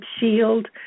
shield